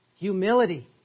Humility